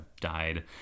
died